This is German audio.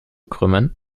krümmen